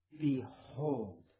Behold